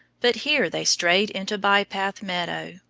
but here they strayed into by-path meadow,